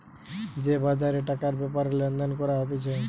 যে বাজারে টাকার ব্যাপারে লেনদেন করা হতিছে